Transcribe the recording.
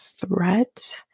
threat